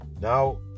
Now